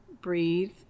breathe